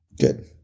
Good